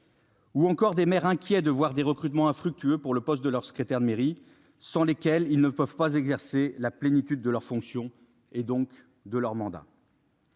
Ou encore des maires inquiets de voir des recrutements infructueux pour le poste de leur secrétaire de mairie sans lesquels ils ne peuvent pas exercer la plénitude de leurs fonctions et donc de leur mandat.